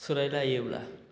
सोलायलायोब्ला